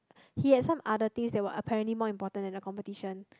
he had some other things that were apparently more important that the competition